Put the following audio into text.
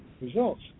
results